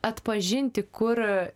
atpažinti kur